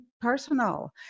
personal